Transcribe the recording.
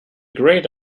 great